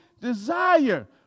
desire